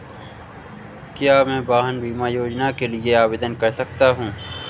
क्या मैं वाहन बीमा योजना के लिए आवेदन कर सकता हूँ?